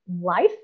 life